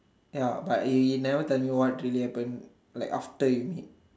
ya but he he never tell me like what really happen like after you meet